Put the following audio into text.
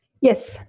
Yes